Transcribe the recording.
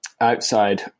outside